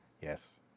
Yes